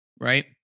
right